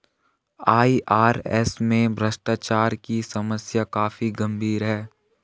IRS में भ्रष्टाचार की समस्या काफी गंभीर है